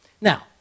Now